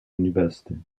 university